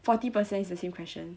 forty percent is the same question